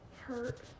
hurt